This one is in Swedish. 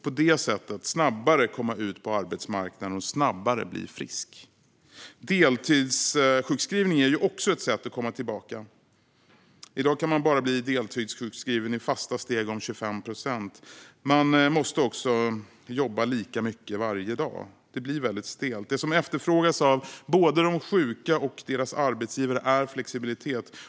På det sättet kan man snabbare komma ut på arbetsmarknaden och snabbare bli frisk. Deltidssjukskrivning är ju också ett sätt att komma tillbaka. I dag kan man bara bli deltidssjukskriven i fasta steg om 25 procent. Man måste också jobba lika mycket varje dag. Det blir stelt. Det som efterfrågas av både de sjuka och deras arbetsgivare är flexibilitet.